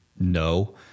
no